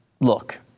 look